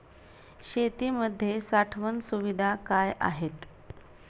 शेतीमध्ये साठवण सुविधा काय आहेत?